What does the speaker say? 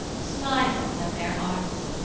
smiles at their arts,